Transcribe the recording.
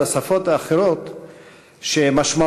שרים?